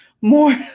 more